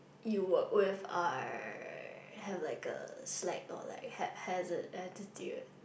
you work with are have like a slack or like haphazard attitude